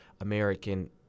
american